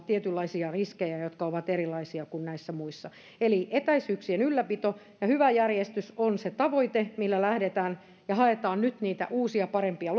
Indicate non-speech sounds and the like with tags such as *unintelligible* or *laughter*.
tietynlaisia riskejä jotka ovat erilaisia kuin näissä muissa eli etäisyyksien ylläpito ja hyvä järjestys on se tavoite millä lähdetään ja haetaan nyt niitä uusia parempia *unintelligible*